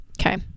Okay